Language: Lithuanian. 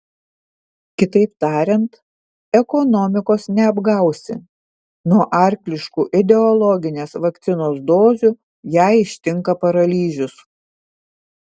kitaip tariant ekonomikos neapgausi nuo arkliškų ideologinės vakcinos dozių ją ištinka paralyžius